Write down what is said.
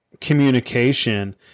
communication